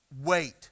Wait